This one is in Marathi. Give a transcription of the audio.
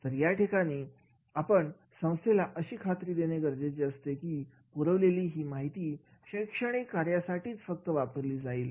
तर या ठिकाणी आपण संस्थेला अशी खात्री देणे गरजेचे असतेकी पुरवलेली माहिती ही फक्त शैक्षणिक कार्यासाठी वापरली जाईल